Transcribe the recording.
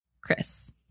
Chris